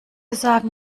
sagen